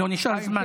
לא נשאר זמן.